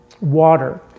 water